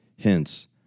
Hence